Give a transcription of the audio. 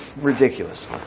Ridiculous